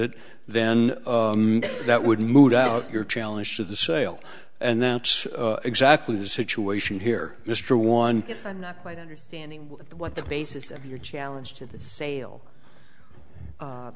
it then that would moot out your challenge to the sale and that's exactly the situation here mr one if i'm not quite understanding what the basis of your challenge to the sale